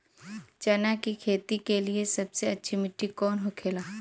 चना की खेती के लिए सबसे अच्छी मिट्टी कौन होखे ला?